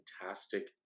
fantastic